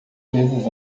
vezes